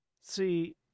See